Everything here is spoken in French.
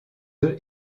œufs